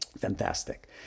Fantastic